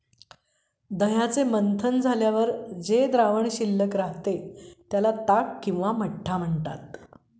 दह्याचे मंथन झाल्यावर जे द्रावण शिल्लक राहते, त्याला ताक किंवा मठ्ठा म्हणतात